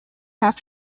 have